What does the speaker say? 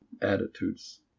attitudes